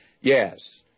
Yes